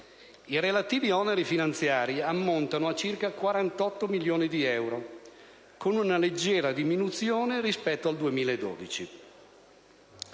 I relativi oneri finanziari ammontano a circa 48 milioni di euro, con una leggera diminuzione rispetto al 2012.